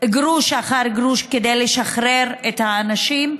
גרוש אחר גרוש כדי לשחרר את האנשים,